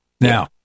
Now